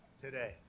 today